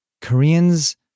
Koreans